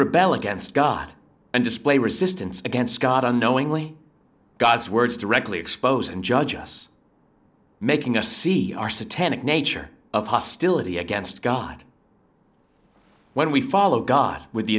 rebel against god and display resistance against god unknowingly god's words directly expose and judge us making us see our satanic nature of hostility against god when we follow god with the